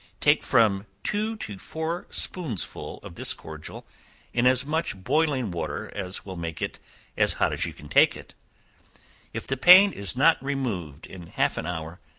take from two to four spoonsful of this cordial in as much boiling water as will make it as hot as you can take it if the pain is not removed in half an hour,